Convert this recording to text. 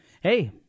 hey